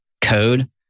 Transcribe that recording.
code